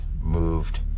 moved